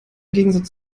gegensatz